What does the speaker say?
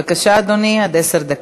בבקשה, אדוני, עד עשר דקות.